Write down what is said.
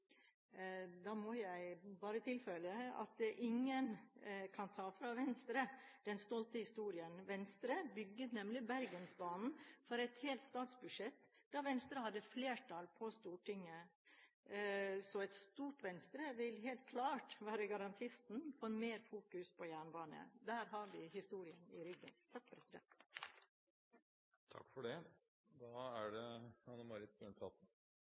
da Venstre hadde flertall på Stortinget. Så et stort Venstre vil helt klart være garantisten for mer fokus på jernbane – der har vi historien i ryggen! Det har vært mye snakk om Høyres jernbaneseminar i forrige uke. Jeg synes det er